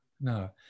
no